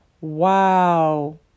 wow